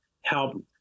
help